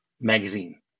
magazine